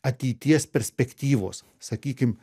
ateities perspektyvos sakykim